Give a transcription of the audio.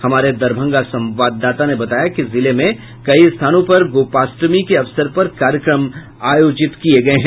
हमारे दरभंगा संवाददाता ने बताया कि जिले में कई स्थानों पर गोपाष्टमी के अवसर पर कार्यक्रम आयोजित किये गये हैं